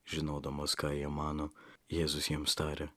žinodamas ką jie mano jėzus jiems tarė